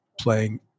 playing